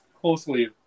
closely